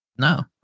No